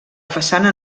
façana